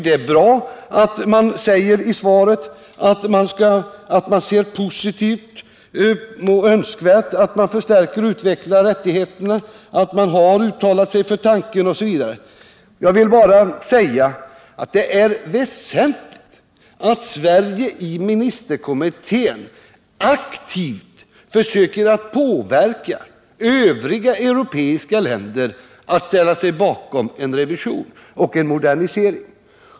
Det är bra att det i svaret framhålls att man ser positivt på och anser det önskvärt att ifrågavarande rättigheter förstärks och utvecklas, att man har uttalat sig för tanken på en revision av stadgan OSV. Jag vill bara säga att det är väsentligt att Sverige i ministerkommittén aktivt försöker påverka övriga europeiska länder att ställa sig bakom en revision och en modernisering.